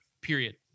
Period